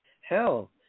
hell